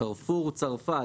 לקרפור צרפת,